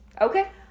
Okay